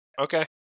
Okay